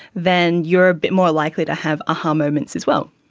then you are a bit more likely to have a-ha moments as well.